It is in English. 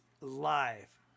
live